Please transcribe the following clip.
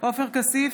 עופר כסיף,